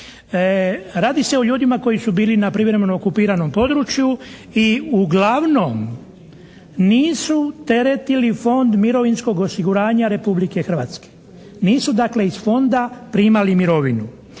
Radi se o ljudima koji su bili na privremeno okupiranom području i uglavnom nisu teretili Fond mirovinskog osiguranja Republike Hrvatske. Nisu, dakle, iz Fonda primali mirovinu